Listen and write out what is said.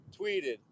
tweeted